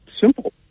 Simple